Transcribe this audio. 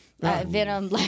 Venom